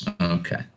Okay